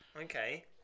Okay